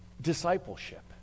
discipleship